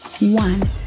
one